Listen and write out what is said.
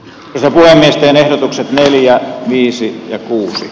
sivu neljä viisi kuusi